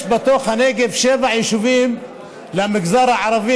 יש בתוך הנגב שבעה יישובים למגזר הערבי